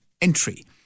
entry